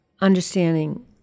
understanding